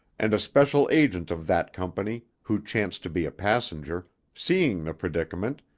and a special agent of that company, who chanced to be a passenger, seeing the predicament,